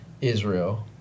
Israel